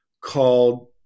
called